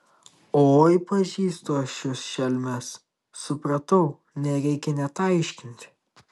oi pažįstu aš jus šelmes supratau nereikia net aiškinti